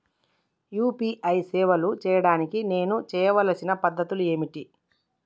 UPI సేవలు చేయడానికి నేను చేయవలసిన పద్ధతులు ఏమిటి?